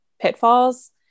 pitfalls